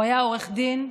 הוא היה עורך דין,